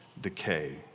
decay